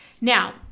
Now